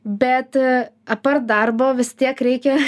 bet apart darbo vis tiek reikia